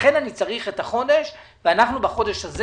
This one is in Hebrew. לכן אני צריך את החודש ובחודש הזה